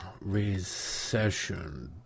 Recession